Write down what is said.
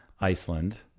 Iceland